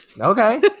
okay